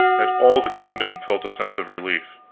that all the kingdom felt a sense of relief,